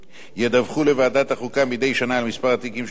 לוועדת החוקה מדי שנה על מספר התיקים שנסגרו בהסדר,